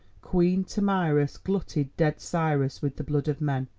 queen tomyris glutted dead cyrus with the blood of men.